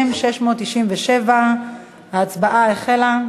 2012, נתקבלה.